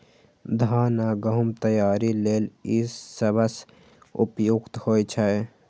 धान आ गहूम तैयारी लेल ई सबसं उपयुक्त होइ छै